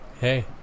Hey